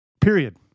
period